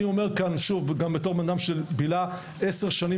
אני אומר כאן שוב וגם בתור בנאדם שבילה עשר שנים